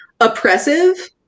oppressive